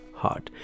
heart